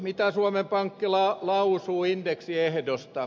mitä suomen pankki lausuu indeksiehdosta